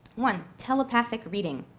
one telepathic reading,